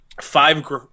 five